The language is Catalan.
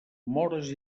móres